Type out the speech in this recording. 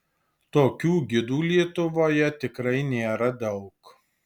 tokių gidų lietuvoje tikrai nėra daug